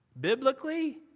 biblically